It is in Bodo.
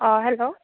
अह हेलौ